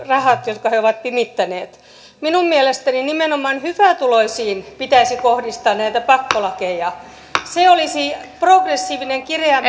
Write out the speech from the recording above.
rahat jotka he ovat pimittäneet minun mielestäni nimenomaan hyvätuloisiin pitäisi kohdistaa näitä pakkolakeja se olisi progressiivinen kireämpi